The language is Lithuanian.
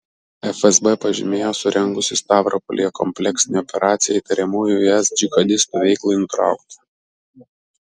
fsb pažymėjo surengusi stavropolyje kompleksinę operaciją įtariamų is džihadistų veiklai nutraukti